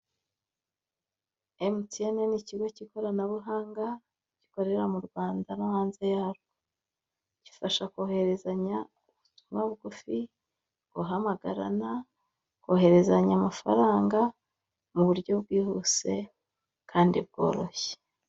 Emutiyene ni ikigo cy'ikoranabuhanga gikorera mu Rwanda no hanze yacyo, gifasha kohererezanya ubutumwa bugufi, guhamagarana, koherezanya amafaranga mu buryo bwihuse kandi bworoshye.